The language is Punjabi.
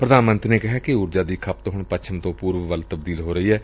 ਪ੍ਰਧਾਨ ਮੰਤਰੀ ਨੇ ਕਿਹਾ ਕਿ ਉਰਜਾ ਦੀ ਖਪਤ ਹੁਣ ਪੱਛਮ ਤੋ ਪੁਰਬ ਵੱਲ ਤਬਦੀਲ ਹੋ ਰਹੀ ਏ